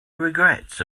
regrets